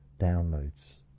downloads